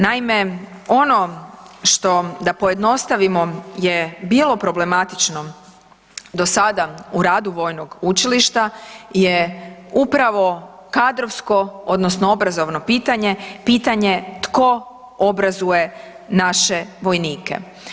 Naime, ono što, da pojednostavimo, je bilo problematično do sada u radu vojnog učilišta je upravo kadrovsko odnosno obrazovno pitanje, pitanje tko obrazuje naše vojnike?